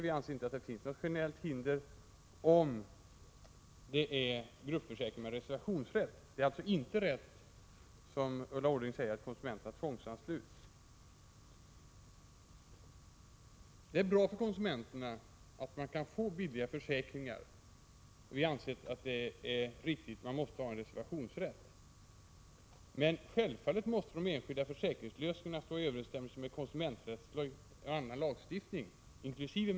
Vi anser inte att det finns något generellt hinder mot dessa försäkringar, om det gäller gruppförsäkringar med reservationsrätt. Det stämmer alltså inte som Ulla Orring säger, nämligen att konsumenterna tvångsansluts till försäkringen. Det är bra för konsumenterna om de kan få billiga försäkringar, och vi har ansett att det är riktigt att ha en reservationsrätt. Självfallet måste emellertid de enskilda försäkringslösningarna stå i överensstämmelse med konsumenträttslig och annan lagstiftning, inkl.